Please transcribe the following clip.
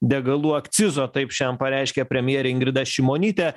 degalų akcizo taip šiandien pareiškė premjerė ingrida šimonytė